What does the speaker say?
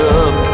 up